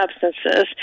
substances